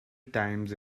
times